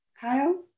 Kyle